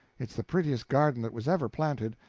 it's the prettiest garden that was ever planted.